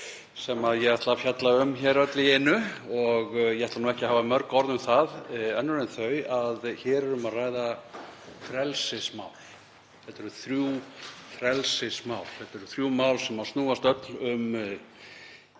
sem ég ætla að fjalla um öll í einu. Ég ætla ekki að hafa mörg orð um það önnur en þau að hér er um að ræða frelsismál. Þetta eru þrjú frelsismál, þetta eru þrjú mál sem snúast öll um